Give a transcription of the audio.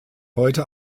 heute